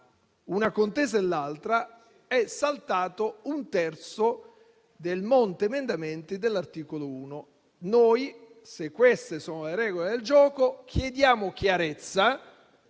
una contesa e l'altra, è saltato un terzo del monte emendamenti all'articolo 1. Se queste sono le regole del gioco, noi chiediamo chiarezza,